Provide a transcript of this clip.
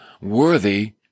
worthy